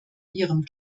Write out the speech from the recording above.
ihrem